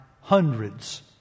Hundreds